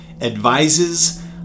advises